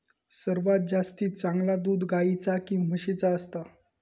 सर्वात जास्ती चांगला दूध गाईचा की म्हशीचा असता?